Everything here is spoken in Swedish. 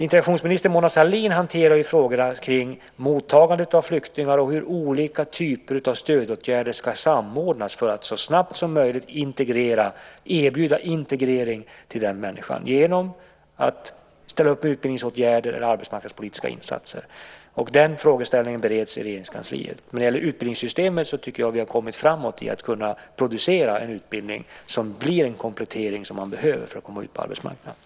Integrationsminister Mona Sahlin hanterar frågorna om mottagande av flyktingar och hur olika typer av stödåtgärder ska samordnas för att man så snabbt som möjligt ska kunna erbjuda integrering för den människan, genom att ställa upp med utbildningsåtgärder eller arbetsmarknadspolitiska insatser. Den frågeställningen bereds i Regeringskansliet. När det gäller utbildningssystemet tycker jag att vi har kommit framåt i att kunna producera en utbildning som blir en komplettering som man behöver för att komma ut på arbetsmarknaden.